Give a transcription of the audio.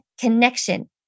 connection